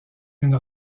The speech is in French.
une